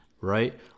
right